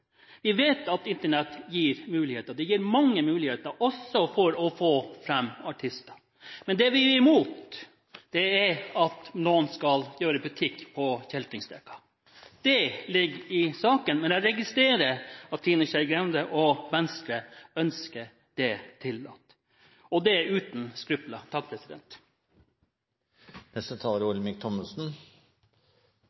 vi tilhører Arbeiderpartiet. Vi vet at Internett gir muligheter, det gir mange muligheter også for å få fram artister. Men det vi er imot, er at noen skal gjøre butikk på kjeltringstreker. Det ligger i saken. Men jeg registrerer at Trine Skei Grande og Venstre ønsker det tillatt, og det uten skrupler.